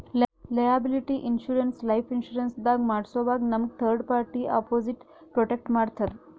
liability insurance life insurance ದಾಗ್ ಮಾಡ್ಸೋವಾಗ್ ನಮ್ಗ್ ಥರ್ಡ್ ಪಾರ್ಟಿ ಅಪೊಸಿಟ್ ಪ್ರೊಟೆಕ್ಟ್ ಮಾಡ್ತದ್